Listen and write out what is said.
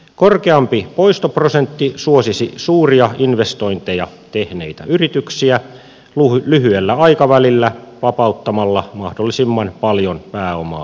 korkeampi poistoprosentti suosisi suuria investointeja tehneitä yrityksiä lyhyellä aikavälillä vapauttamalla mahdollisimman paljon pääomaa laajennuksiin